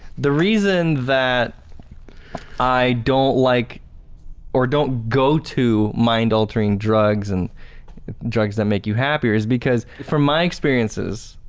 the reason that i don't like or don't go to mind-altering drugs and drugs that make you happier is because, from my experiences,